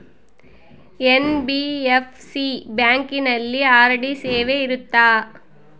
NBFC ಬ್ಯಾಂಕಿನಲ್ಲಿ RD ಸೇವೆ ಇರುತ್ತಾ?